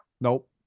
Nope